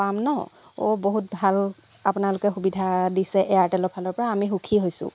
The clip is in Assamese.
পাম ন অ' বহুত ভাল আপোনালোকে সুবিধা দিছে এয়াৰটেলৰ ফালৰপৰা আমি সুখী হৈছোঁ